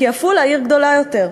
כי עפולה היא עיר גדולה יותר,